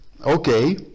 Okay